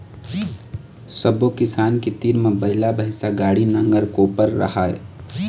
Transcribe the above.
सब्बो किसान के तीर म बइला, भइसा, गाड़ी, नांगर, कोपर राहय